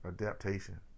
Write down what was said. Adaptation